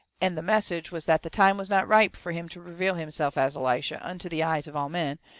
and the message was that the time was not ripe fur him to reveal himself as elishyah unto the eyes of all men,